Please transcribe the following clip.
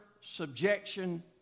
subjection